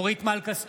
אורית מלכה סטרוק,